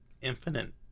infinite